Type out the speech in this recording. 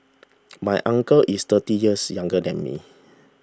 my uncle is thirty years younger than me